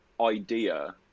idea